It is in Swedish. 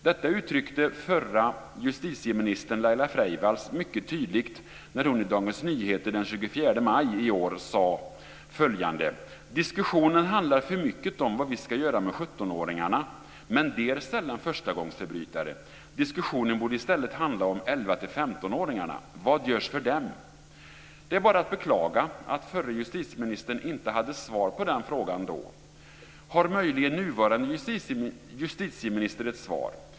Detta uttryckte förra justitieministern Laila Freivalds mycket tydligt när hon i Dagens Nyheter den 24 maj i år sade följande: "Diskussionen handlar för mycket om vad vi ska göra med 17 åringarna, men de är sällan förstagångsförbrytare. Diskussionen borde i stället handla om 11-15 åringarna, vad görs för dem?" Det är bara att beklaga att förra justitieministern inte hade svar på den frågan då. Har möjligen nuvarande justitieministern ett svar?